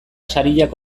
sariak